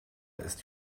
ist